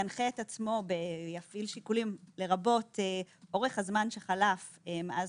שיפעיל שיקולים לרבות אורך הזמן שחלף מאז